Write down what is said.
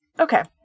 Okay